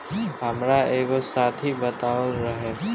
हामार एगो साथी बतावत रहे